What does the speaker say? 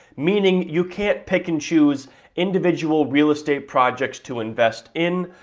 meaning you can't pick and choose individual real estate projects to invest in.